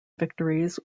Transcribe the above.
victories